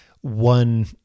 one